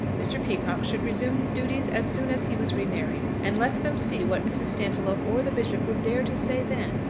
mr. peacocke should resume his duties as soon as he was remarried, and let them see what mrs. stantiloup or the bishop would dare to say then!